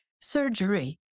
surgery